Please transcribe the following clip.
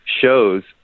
shows